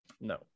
No